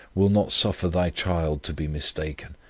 will not suffer thy child to be mistaken,